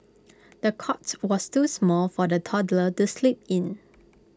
the cots was too small for the toddler to sleep in